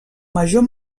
major